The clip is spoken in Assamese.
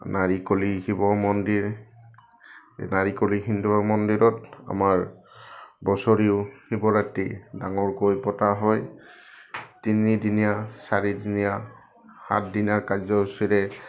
নাৰিকলি শিৱ মন্দিৰ এই নাৰিকলি হিন্দু মন্দিৰত আমাৰ বছৰিও শিৱৰাতি ডাঙৰকৈ পতা হয় তিনিদিনীয়া চাৰিদিনীয়া সাতদিনীয়া কাৰ্যসূচীৰে